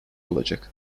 olacak